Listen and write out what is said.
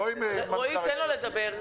רועי, תן לו לדבר.